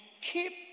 keep